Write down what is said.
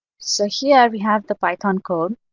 so here we have the python code.